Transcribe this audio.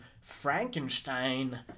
Frankenstein